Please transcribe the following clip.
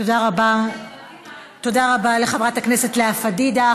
תודה רבה לחברת הכנסת לאה פדידה.